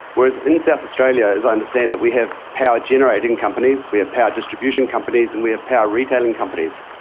whereas in south australia, as i understand it, we have power generating companies, we have power distribution companies and we have power retailing companies.